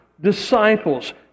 Disciples